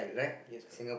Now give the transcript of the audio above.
yes correct